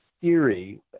theory